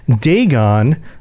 dagon